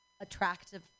attractive